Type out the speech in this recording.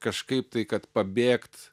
kažkaip tai kad pabėgt